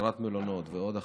שכירת מלונות ועוד הכנות,